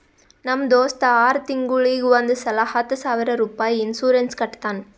ನಮ್ ದೋಸ್ತ ಆರ್ ತಿಂಗೂಳಿಗ್ ಒಂದ್ ಸಲಾ ಹತ್ತ ಸಾವಿರ ರುಪಾಯಿ ಇನ್ಸೂರೆನ್ಸ್ ಕಟ್ಟತಾನ